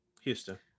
Houston